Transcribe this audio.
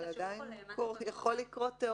אבל עדיין יכול לקרות באופן תיאורטי.